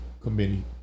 committee